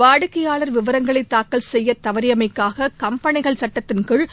வாடிக்கையாளர் விவரங்களை தாக்கல் செய்ய தவறியமைக்காக கம்பெளிகள் சுட்டத்தின் கீழ்